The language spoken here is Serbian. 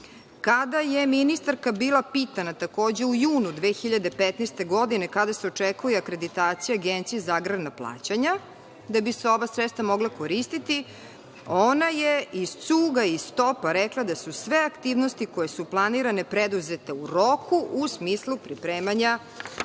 je ministarka bila pitana takođe u junu 2015. godine kada se očekuje akreditacija Agencije za agrarna plaćanja, da bi se ova sredstva mogla koristiti, ona je iz cuga, iz topa rekla da su sve aktivnosti koje su planirane preduzete u roku u smislu pripremanja